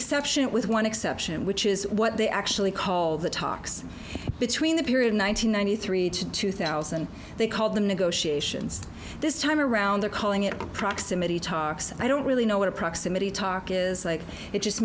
exception with one exception which is what they actually call the talks between the period one thousand nine hundred three to two thousand they called the negotiations this time around they're calling it proximity talks i don't really know what proximity talk is like it just